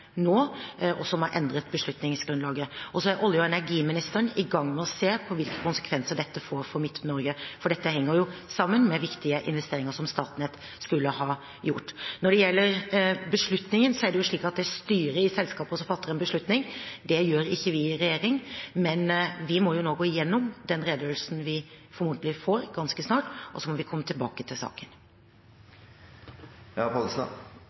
nå, og som har endret beslutningsgrunnlaget. Så er olje- og energiministeren i gang med å se på hvilke konsekvenser dette får for Midt-Norge, for dette henger jo sammen med viktige investeringer som Statnett skulle ha gjort. Når det gjelder beslutningen, er det jo styret i selskapet som fatter en beslutning. Det gjør ikke vi i regjering, men vi må nå gå gjennom den redegjørelsen vi formodentlig får ganske snart, og så må vi komme tilbake til saken.